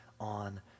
on